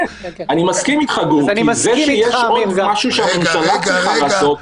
זה שיש עוד משהו שהממשלה צריכה לעשות,